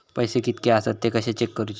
पैसे कीतके आसत ते कशे चेक करूचे?